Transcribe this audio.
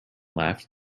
left